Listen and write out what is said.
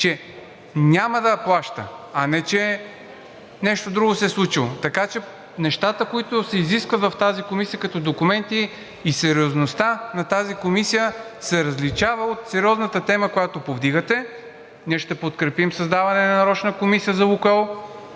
че няма да плаща, а не че нещо друго се е случило. Така че нещата, които се изискват в тази комисия като документи, и сериозността на тази комисия се различава от сериозната тема, която повдигате. Ние ще подкрепим създаване на нарочна комисия за „Лукойл“,